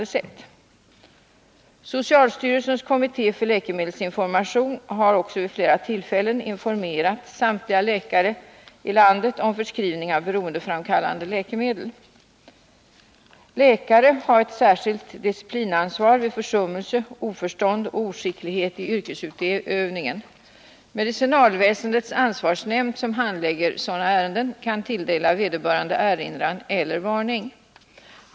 Socialstyrelsens kommitté för läkemedelsinformation har också vid flera tillfällen informerat samtliga läkare i landet om förskrivning av beroendeframkallande läkemedel. Läkare har ett särskilt disciplinansvar vid försummelse, oförstånd eller oskicklighet i yrkesutövningen. Medicinalväsendets ansvarsnämnd, som handlägger sådana ärenden, kan tilldela vederbörande erinran eller varning.